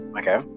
okay